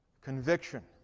conviction